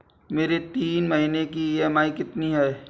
मेरी तीन महीने की ईएमआई कितनी है?